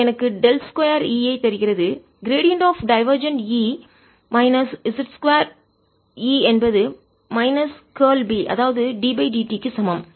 இது எனக்கு del 2 E ஐ தருகிறது gradient of divergent E minus z 2 E என்பது மைனஸ் கார்ல் B அதாவது ddt க்கு சமம்